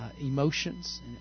emotions